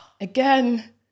again